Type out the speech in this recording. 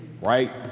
right